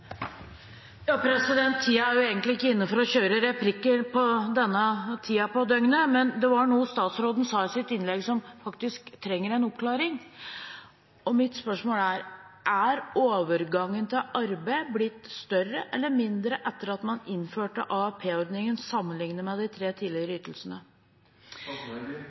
er egentlig ikke inne for å kjøre replikker på denne tiden av døgnet, men statsråden sa noe i sitt innlegg som faktisk trenger en oppklaring. Mitt spørsmål er: Er overgangen til arbeid blitt større eller mindre etter at man innførte AAP-ordningen, sammenlignet med de tre tidligere